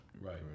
Right